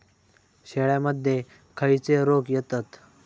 शेळ्यामध्ये खैचे रोग येतत?